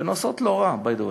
והן נעשות לא רע, by the way,